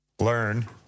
learn